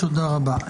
תודה רבה.